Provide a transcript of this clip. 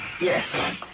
Yes